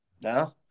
no